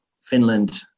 Finland